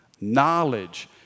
knowledge